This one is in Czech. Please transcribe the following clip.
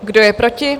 Kdo je proti?